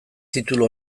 titulu